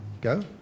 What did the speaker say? go